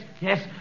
yes